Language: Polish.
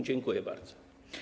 Dziękuję bardzo.